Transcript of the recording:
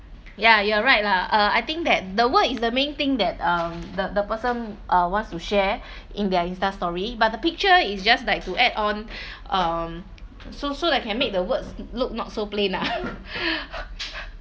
ya you're right lah uh I think that the word is the main thing that um the the person uh wants to share in their Insta story but the picture is just like to add on um so so that can make the words look not so plain lah